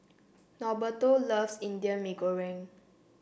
Norberto loves Indian Mee Goreng